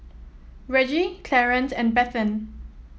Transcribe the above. Reggie Clarance and Bethann